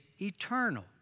eternal